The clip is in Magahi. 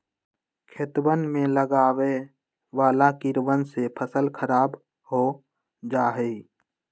खेतवन में लगवे वाला कीड़वन से फसल खराब हो जाहई